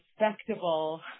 respectable